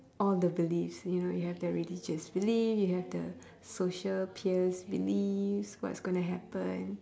all the beliefs you know you have the religious belief you have the social peers beliefs what's gonna happen